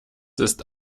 ist